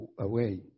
away